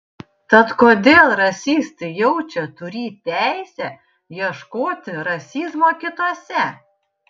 tad kodėl rasistai jaučia turį teisę ieškoti rasizmo kituose